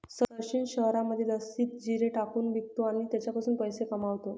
सचिन शहरामध्ये लस्सीत जिरे टाकून विकतो आणि त्याच्यापासून पैसे कमावतो